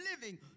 living